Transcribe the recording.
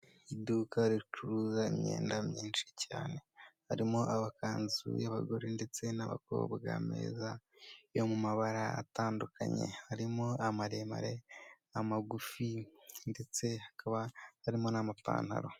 Iduka ricuruza imyenda myinshi cyane harimo amakanzu y'abagore ndetse n'abakobwa meza yo mu mabara atandukanye, harimo amaremare, amagufi ndetse hakaba harimo n'amapantalo.